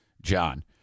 John